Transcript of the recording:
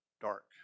dark